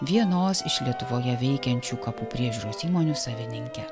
vienos iš lietuvoje veikiančių kapų priežiūros įmonių savininke